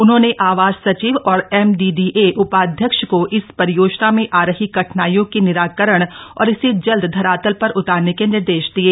उन्होंने आवास सचिव और एमडीडीए उपाध्यक्ष को इस परियोजना में आ रही कठिनाइयों के निराकरण और इसे जल्द धरातल पर उतारने के निर्देश दिये